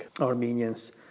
Armenians